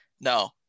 no